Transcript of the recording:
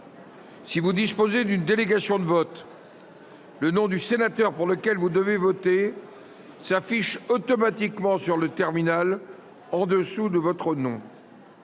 Si vous disposez d’une délégation de vote, le nom du sénateur pour lequel vous devez voter s’affiche automatiquement sur le terminal en dessous de votre nom.